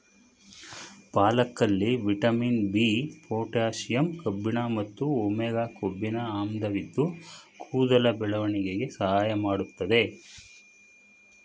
ಪಾಲಕಲ್ಲಿ vitamin B, potassium ಕಬ್ಬಿಣ ಮತ್ತು omega ಕೊಬ್ಬಿನ ಆಮ್ಲವಿದ್ದು ಕೂದಲ ಬೆಳವಣಿಗೆಗೆ ಸಹಾಯ ಮಾಡ್ತದೆ